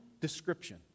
description